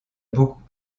beaucoup